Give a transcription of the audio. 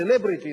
סלבריטיס,